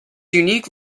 unique